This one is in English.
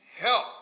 Help